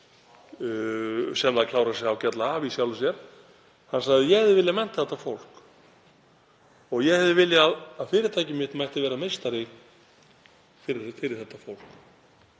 sem klárar sig ágætlega af í sjálfu sér. Hann sagði: Ég hefði viljað mennta þetta fólk. Ég hefði viljað að fyrirtækið mitt mætti vera meistari fyrir þetta fólk.